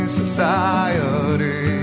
society